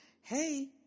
Hey